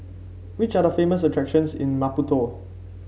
which are the famous attractions in Maputo